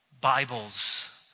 Bibles